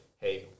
hey